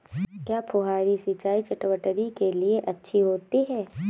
क्या फुहारी सिंचाई चटवटरी के लिए अच्छी होती है?